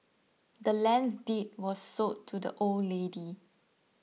the land's deed was sold to the old lady